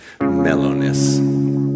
mellowness